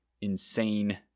insane